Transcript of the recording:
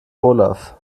olaf